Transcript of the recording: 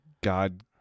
God